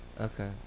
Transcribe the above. Okay